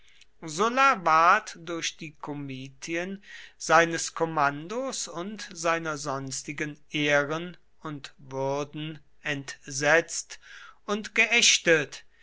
ward durch die komitien seines kommandos und seiner sonstigen ehren und würden entsetzt und geächtet